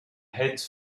heads